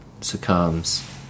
succumbs